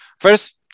First